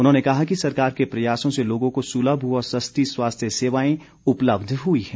उन्होंने कहा कि सरकार के प्रयासों से लोगों को सुलभ व सस्ती स्वास्थ्य सेवाएं उपलब्ध हुई हैं